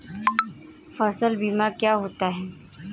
फसल बीमा क्या होता है?